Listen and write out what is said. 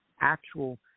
actual